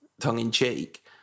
tongue-in-cheek